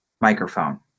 microphone